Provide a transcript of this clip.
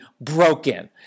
broken